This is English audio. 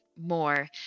more